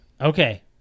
okay